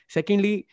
Secondly